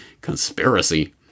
Conspiracy